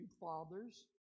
fathers